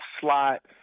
slot